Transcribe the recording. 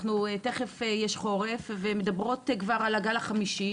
אנחנו תיכף יש חורף ומדברות כבר על הגל החמישי